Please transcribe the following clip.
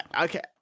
Okay